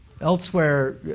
Elsewhere